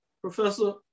Professor